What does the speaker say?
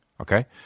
Okay